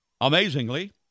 Amazingly